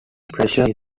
frying